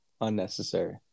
unnecessary